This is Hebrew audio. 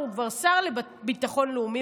הוא כבר שר לביטחון לאומי,